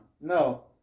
No